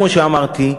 כמו שאמרתי,